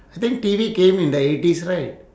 I think T_V came in the eighties right